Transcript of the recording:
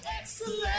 Excellent